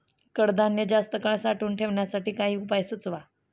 कडधान्य जास्त काळ साठवून ठेवण्यासाठी काही उपाय सुचवा?